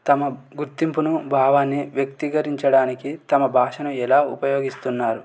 తమ గుర్తింపును భావాన్ని వ్యక్తీకరించడానికి తమ భాషను ఎలా ఉపయోగిస్తున్నారు